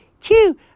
chew